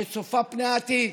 שצופה פני עתיד,